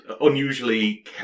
unusually